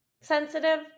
Sensitive